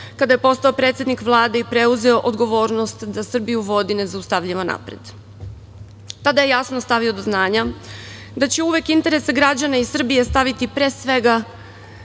kada je postao predsednik Vlade i preuzeo odgovornost da vodi nezaustavljivo napred. Tada je jasno stavio do znanja da će uvek interese i građana Srbije staviti, pre svega